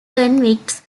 convicts